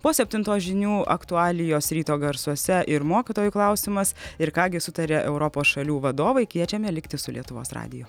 po septintos žinių aktualijos ryto garsuose ir mokytojų klausimas ir ką gi sutarė europos šalių vadovai kviečiame likti su lietuvos radiju